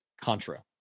Contra